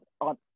on